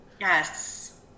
Yes